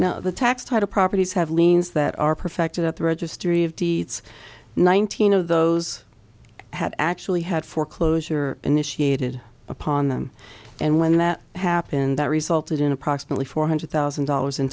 now the tax type of properties have liens that are perfected at the registry of deeds nineteen of those have actually had foreclosure initiated upon them and when that happened that resulted in approximately four hundred thousand dollars in